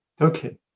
Okay